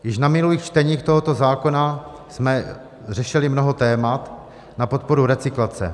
Již na minulých čteních tohoto zákona jsme řešili mnoho témat na podporu recyklace.